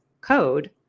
code